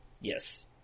Yes